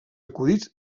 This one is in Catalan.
acudits